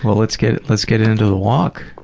well, let's get let's get into the walk.